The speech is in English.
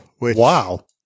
Wow